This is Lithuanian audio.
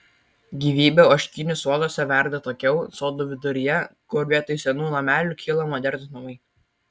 gyvybė ožkinių soduose verda atokiau sodų viduryje kur vietoj senų namelių kyla modernūs namai